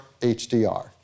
HDR